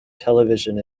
television